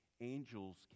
angels